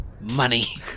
money